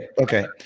Okay